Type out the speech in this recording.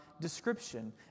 description